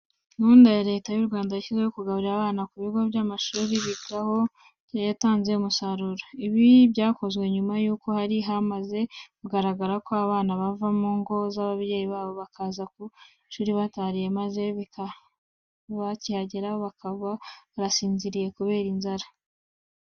Gahunda Leta y'u Rwanda yashyizeho, yo kugaburira abana ku bigo by'amashuri bigaho yatanze umusaruro. Ibi byakozwe nyuma y'uko hari hamaze kugaragara ko abana bava mu ngo z'ababyeyi babo bakaza ku ishuri batariye, maze bakihagera bakaba barasinziriye kubera inzara.